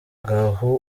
mpita